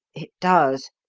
it does,